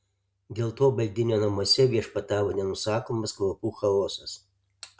dėl to baldinio namuose viešpatavo nenusakomas kvapų chaosas